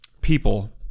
people